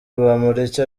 bamporiki